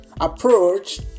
approach